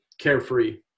carefree